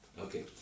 Okay